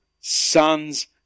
sons